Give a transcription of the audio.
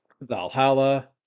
Valhalla